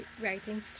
writing